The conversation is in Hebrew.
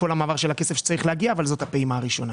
המעבר של הכסף שצריך להגיע אבל זאת הפעימה הראשונה.